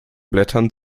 blätternd